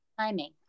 timing